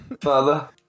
father